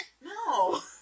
No